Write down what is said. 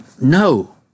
no